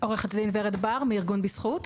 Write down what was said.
ורד בר מארגון בזכות.